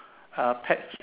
uh pets